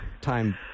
time